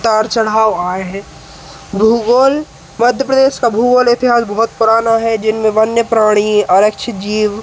उतार चढ़ाव आए हैं भुगोल मध्य प्रदेश का भुगोल इतिहास बहुत पुराना हैं जिनमें वन्य प्राणी आरक्षित जीव